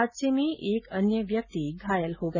हादसे में एक अन्य व्यक्ति धायल हो गया